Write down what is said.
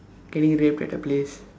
can we have better place